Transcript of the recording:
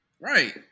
right